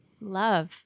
Love